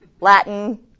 Latin